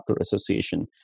association